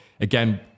Again